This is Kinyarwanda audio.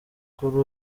kuri